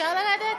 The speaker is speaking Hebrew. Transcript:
אפשר לרדת?